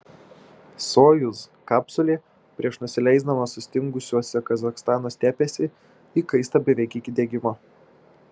sojuz kapsulė prieš nusileisdama sustingusiose kazachstano stepėse įkaista beveik iki degimo